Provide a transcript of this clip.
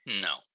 No